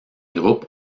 groupes